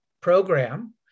program